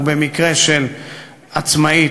ובמקרה של עצמאית,